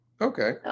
Okay